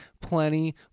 plenty